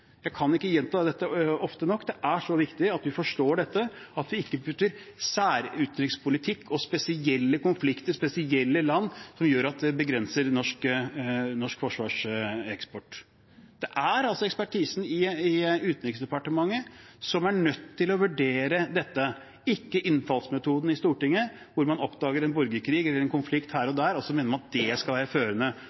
Jeg kan ikke gjenta dette ofte nok. Det er så viktig at vi forstår dette og ikke bruker særutenrikspolitikk og spesielle konflikter og spesielle land, som gjør at vi begrenser norsk eksport av forsvarsmateriell. Det er ekspertisen i Utenriksdepartementet som er nødt til å vurdere dette, ikke innfallsmetoden i Stortinget, hvor man oppdager en borgerkrig eller en konflikt her og der, og så mener man at det skal være førende